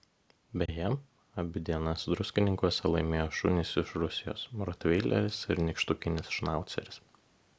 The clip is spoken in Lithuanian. beje abi dienas druskininkuose laimėjo šunys iš rusijos rotveileris ir nykštukinis šnauceris